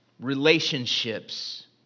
relationships